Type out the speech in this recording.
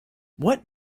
what